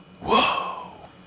Whoa